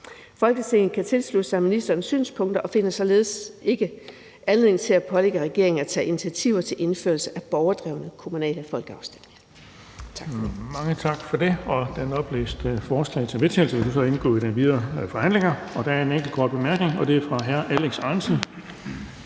Folketinget kan tilslutte sig ministerens synspunkter og finder således ikke anledning til at pålægge regeringen at tage initiativer til indførelse af borgerdrevne kommunale folkeafstemninger.«